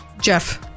Jeff